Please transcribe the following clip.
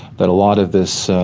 that a lot of this,